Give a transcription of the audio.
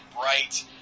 bright